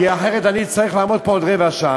כי אחרת אצטרך לעמוד פה עוד רבע שעה.